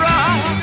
Rock